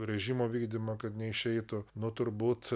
režimo vykdymą kad neišeitų nu turbūt